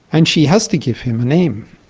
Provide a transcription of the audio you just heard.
and she has to give him a name.